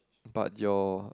but your